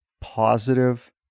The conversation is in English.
positive